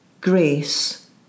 grace